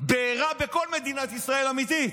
בעירה בכל מדינת ישראל, אמיתי.